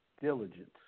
diligence